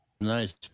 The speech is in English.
Nice